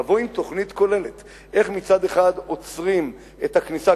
לבוא עם תוכנית כוללת איך מצד אחד עוצרים את הכניסה,